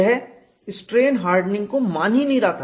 यह strain hardening को मान ही नहीं रहा था